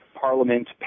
Parliament